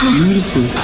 beautiful